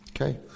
Okay